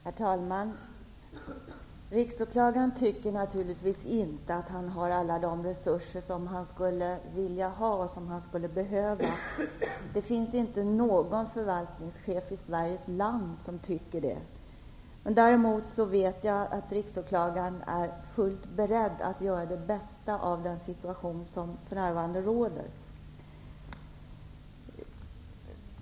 Herr talman! Riksåklagaren tycker naturligtvis inte att han har alla de resurser som han skulle vilja ha och behöva. Det finns inte någon förvaltningschef i Sveriges land som tycker det. Däremot vet jag att Riksåklagaren är fullt beredd att göra det bästa av den situation som för närvarande råder.